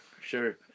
sure